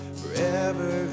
forever